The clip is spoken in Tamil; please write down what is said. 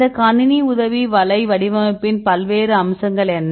இந்த கணினி உதவி வலை வடிவமைப்பின் பல்வேறு அம்சங்கள் என்ன